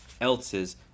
else's